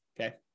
Okay